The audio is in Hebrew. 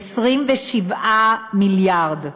27 מיליארד.